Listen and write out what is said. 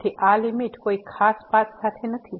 તેથી આ લીમીટ કોઈ ખાસ પાથ સાથે નથી